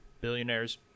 Billionaires